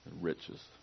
riches